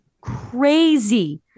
crazy